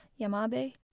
Yamabe